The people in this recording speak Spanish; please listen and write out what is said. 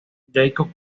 jakob